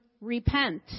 repent